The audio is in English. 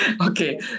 Okay